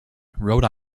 rhode